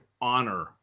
honor